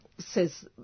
says